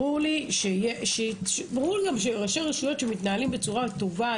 ברור לי שראשי הרשויות שמתנהלים בצורה טובה,